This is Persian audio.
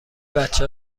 بچه